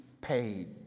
paid